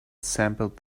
sampled